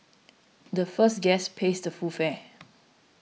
the first guest pays the full fare